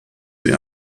sie